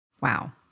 Wow